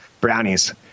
brownies